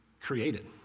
created